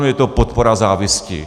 Je to podpora závisti.